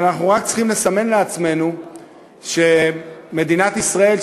אבל אנחנו רק צריכים לסמן לעצמנו שמדינת ישראל,